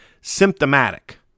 symptomatic